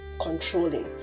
controlling